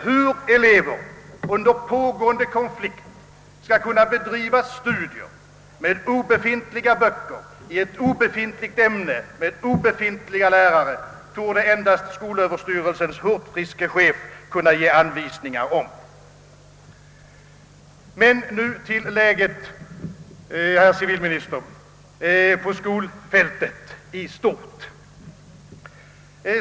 Hur elever under pågående konflikt skall kunna bedriva studier med obefintliga böcker, i ett obefintligt ämne och med obefintliga lärare, torde endast skolöverstyrelsens hurtfriske chef kunna ge anvisningar om. Men nu till läget, herr civilminister, på skolfältet i stort.